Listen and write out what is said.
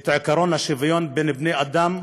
את עקרון השוויון בין בני-אדם,